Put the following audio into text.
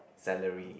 salary